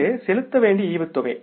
இது செலுத்த வேண்டிய டிவிடெண்ட்